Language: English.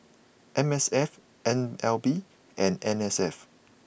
M S F N L B and N S F